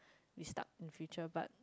restart in future but